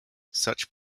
such